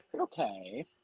Okay